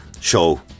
show